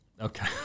Okay